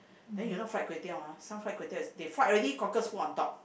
then you know fried kway teow ah some fried kway teow is they fried already cockles put on top